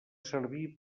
servir